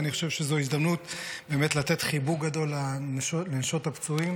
אני חושב שזו הזדמנות לתת חיבוק גדול לנשות הפצועים